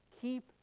Keep